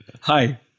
Hi